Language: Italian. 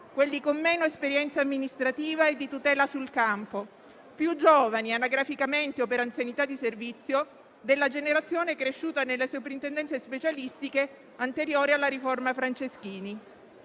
quelli con meno esperienza amministrativa e di tutela sul campo, più giovani anagraficamente o per anzianità di servizio della generazione cresciuta nelle soprintendenze specialistiche anteriore alla riforma Franceschini.